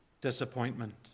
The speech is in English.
disappointment